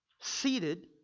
Seated